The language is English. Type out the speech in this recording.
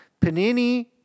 Panini